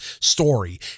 story